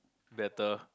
better